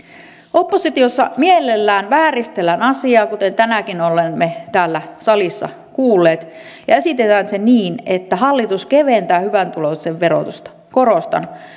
oppositiossa mielellään vääristellään asiaa kuten tänäänkin olemme täällä salissa kuulleet ja esitetään se niin että hallitus keventää hyvätuloisten verotusta korostan